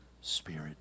Spirit